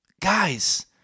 guys